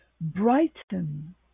Brighten